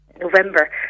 November